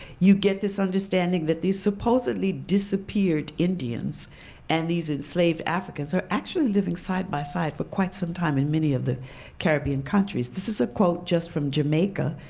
you get this understanding that these supposedly disappeared indians and these are slave africans, are actually living side by side for quite some time in many of the caribbean countries. this is a quote just from jamaica,